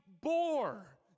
bore